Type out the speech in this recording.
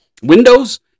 Windows